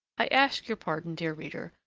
i ask your pardon, dear reader,